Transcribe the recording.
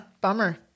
Bummer